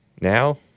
now